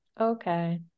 Okay